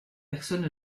personne